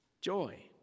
joy